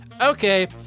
Okay